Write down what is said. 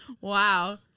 Wow